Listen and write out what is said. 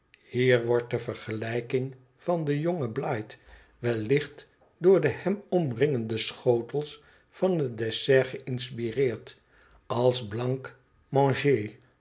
hier wordt de vergelijking van den jongen blight wellicht door de hem omringende schotels van het dessert geïnspireerd als